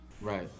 Right